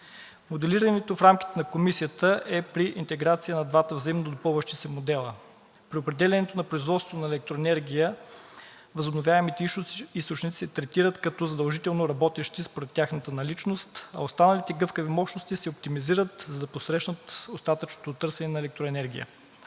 Моделирането в рамките на Комисията е при интеграция на двата взаимно допълващи се модела. При определянето на производството на електроенергия възобновяемите източници се третират като задължително работещи според тяхната наличност, а останалите гъвкави мощности се оптимизират, за да посрещнат остатъчното търсене на електроенергия.